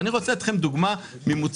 אני רוצה לתת לכם דוגמה ממוצר,